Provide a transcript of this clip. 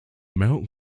mount